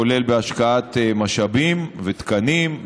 כולל בהשקעת משאבים ותקנים,